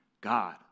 God